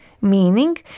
meaning